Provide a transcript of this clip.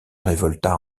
révolta